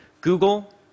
Google